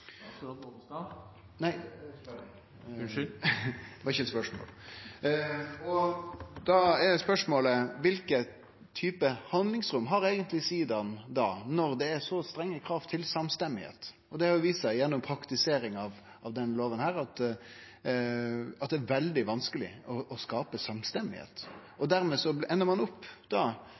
Da er spørsmålet: Kva type handlingsrom har eigentleg sidaen, når det er så strenge krav til semje? Det har vist seg gjennom praktisering av denne loven at det er veldig vanskeleg å skape semje. Dermed endar ein opp